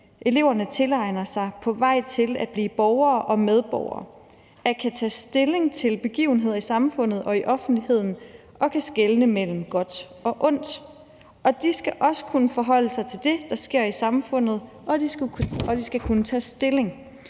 eleverne tilegner sig på vej til at blive borgere og medborgere og kan tage stilling til begivenheder i samfundet og i offentligheden og kan skelne mellem godt og ondt. Og de skal også kunne forholde sig til det, der sker i samfundet, og de skal kunne tage stilling.